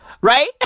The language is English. Right